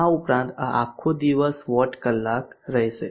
આ ઉપરાંત આ આખો દિવસ વોટ કલાક રહેશે